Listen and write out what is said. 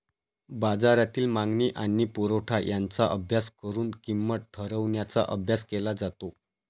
बाजारातील मागणी आणि पुरवठा यांचा अभ्यास करून किंमत ठरवण्याचा अभ्यास केला जातो